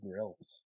grills